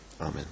Amen